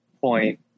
Point